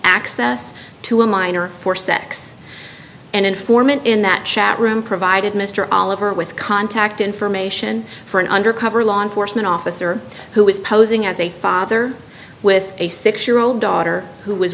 access to a minor for sex and informant in that chat room provided mr oliver with contact information for an undercover law enforcement officer who was posing as a father with a six year old daughter who